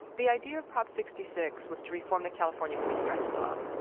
the idea of prop sixty six was to reform the california three-strikes law.